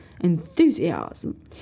enthusiasm